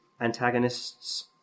antagonists